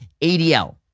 ADL